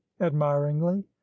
admiringly